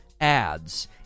ads